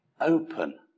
open